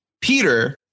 Peter